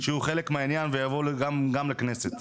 שיהיו חלק מהעניין ויבואו גם לכנסת.